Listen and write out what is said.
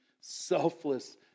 selfless